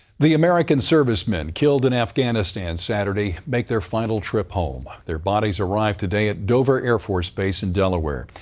the american servicemen killed in afghanistan saturday make their final trip home. their bodies arrive today at dover air force base in delaware.